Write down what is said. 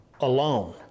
alone